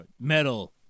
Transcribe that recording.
Metal